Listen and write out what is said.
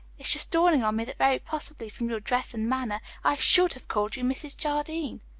it's just dawning on me that very possibly, from your dress and manner, i should have called you mrs. jardine.